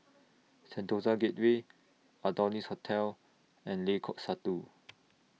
Sentosa Gateway Adonis Hotel and Lengkok Satu